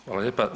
Hvala lijepa.